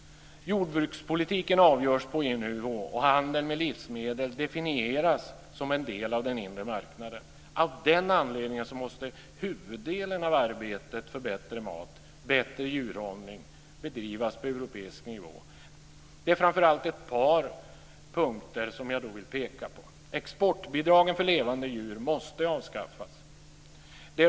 Jordbrukspolitiken avgörs på EU-nivå, och handeln med livsmedel definieras som en del av den inre marknaden. Av den anledningen måste huvuddelen av arbetet för bättre mat, bättre djurhållning, bedrivas på europeisk nivå. Det är framför allt ett par punkter som jag vill peka på. Exportbidragen för levande djur måste avskaffas.